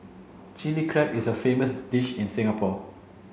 Chilli Crab is a famous dish in Singapore